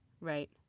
Right